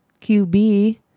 QB